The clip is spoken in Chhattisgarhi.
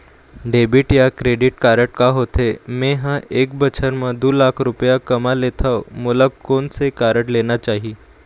डेबिट या क्रेडिट कारड का होथे, मे ह एक बछर म दो लाख रुपया कमा लेथव मोला कोन से कारड लेना चाही?